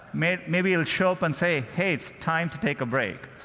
maybe maybe it'll show up and say, hey, it's time to take a break.